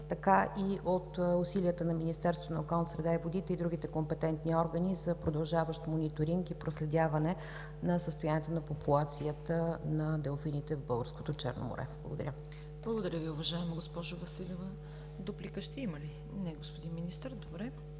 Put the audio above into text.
така и от усилията на Министерството на околната среда и водите и другите компетентни органи за продължаващ мониторинг и проследяване на състоянието на популацията на делфините в българското Черно море. Благодаря. ПРЕДСЕДАТЕЛ ЦВЕТА КАРАЯНЧЕВА: Благодаря Ви, уважаема госпожо Василева. Дуплика ще има ли, господин Министър? Не.